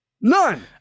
None